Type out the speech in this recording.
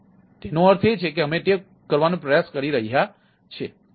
તેથી તેનો અર્થ એ છે કે અમે તે કરવાનો પ્રયાસ કરી રહ્યા છીએ